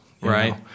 Right